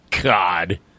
God